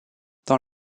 dans